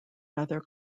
rather